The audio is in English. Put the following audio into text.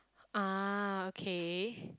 ah okay